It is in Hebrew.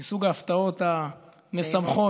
מסוג ההפתעות המשמחות.